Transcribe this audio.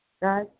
guys